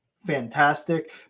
fantastic